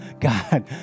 God